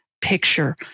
picture